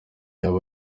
yaba